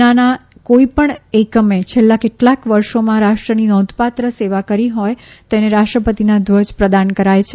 સેનાના કોઈપણ એકમે છેલ્લા કેટલાક વર્ષોમાં રાષ્ટ્રની નોંધપાત્ર સેવા કરી હોય તેને રાષ્ટ્રપતિના ધ્વજ પ્રદાન કરાય છે